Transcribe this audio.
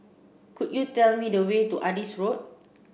could you tell me the way to Adis Road